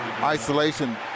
Isolation